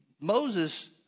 Moses